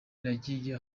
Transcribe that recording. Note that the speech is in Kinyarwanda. nagiye